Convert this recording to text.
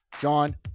John